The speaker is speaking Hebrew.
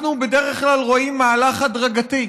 אנחנו בדרך כלל רואים מהלך הדרגתי,